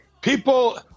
people